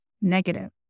negative